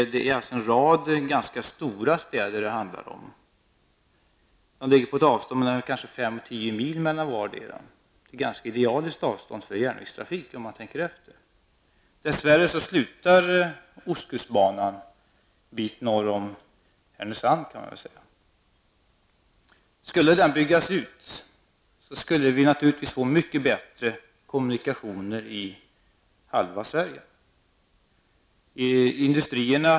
Det är alltså en rad ganska stora städer det handlar om. De ligger på ett avstånd av 5--10 mil från varandra. Det är ett ganska idealiskt avstånd för järnvägstrafik, om man tänker efter. Dess värre slutar ostkustbanan en bit norr om Härnösand. Skulle den byggas ut, skulle vi naturligtvis få mycket bättre kommunikationer i halva Sverige.